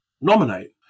nominate